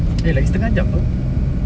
eh lagi setengah jam [pe]